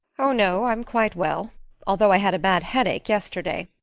oh, no, i'm quite well although i had a bad headache yesterday,